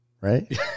right